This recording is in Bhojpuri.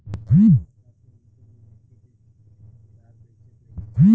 बरसात के मौसम में मिट्टी के सुधार कईसे कईल जाई?